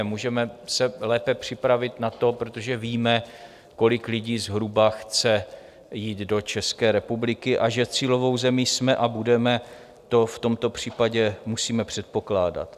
Můžeme se lépe připravit na to, protože víme, kolik lidí zhruba chce jít do České republiky, a že cílovou zemí jsme a budeme, to v tomto případě musíme předpokládat.